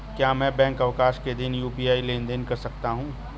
क्या मैं बैंक अवकाश के दिन यू.पी.आई लेनदेन कर सकता हूँ?